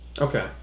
Okay